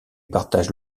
partage